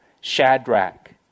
Shadrach